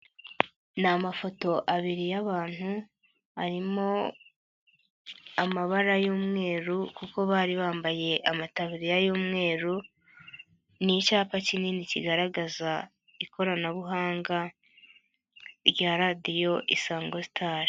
Ni amafoto abiri y'abantu, harimo amabara y'umweru kuko bari bambaye amataburiya y'umweru, ni icyapa kinini kigaragaza, ikoranabuhanga rya radiyo Isango star.